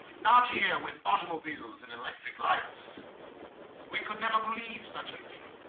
not here with automobiles and electric lights we could never believe such a thing,